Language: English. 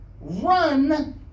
run